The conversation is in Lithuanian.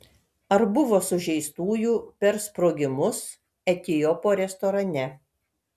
ar buvo sužeistųjų per sprogimus etiopo restorane